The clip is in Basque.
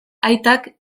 aitak